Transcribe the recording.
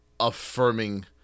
affirming